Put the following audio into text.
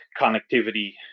connectivity